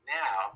now